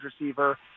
receiver